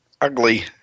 ugly